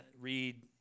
read